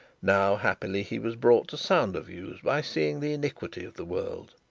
now happily he was brought to sounder views by seeing the iniquity of the world.